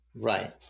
Right